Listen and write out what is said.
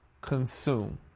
consume